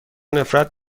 نفرت